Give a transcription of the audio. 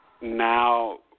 Now –